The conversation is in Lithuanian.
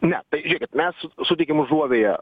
ne tai kad mes suteikiam užuovėją